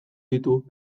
ditu